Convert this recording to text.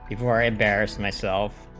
four embarrass myself,